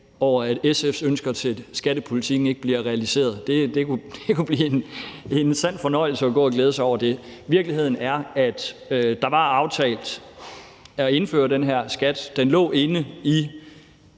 bl.a. at SF's ønsker til skattepolitikken ikke bliver realiseret. Det kunne blive en sand fornøjelse at gå og glæde sig over det. Virkeligheden er, at der var aftalt at indføre den her skat. Den lå inde i